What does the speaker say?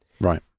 Right